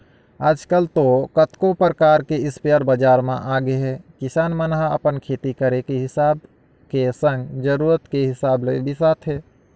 आजकल तो कतको परकार के इस्पेयर बजार म आगेहे किसान मन ह अपन खेती करे के हिसाब के संग जरुरत के हिसाब ले बिसाथे